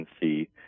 see